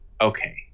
okay